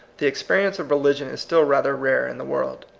the experience of religion is still rather rare in the world.